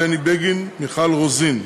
זאב בנימין בגין ומיכל רוזין,